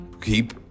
keep